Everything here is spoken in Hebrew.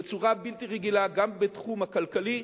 בצורה בלתי רגילה, גם בתחום הכלכלי,